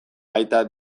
baita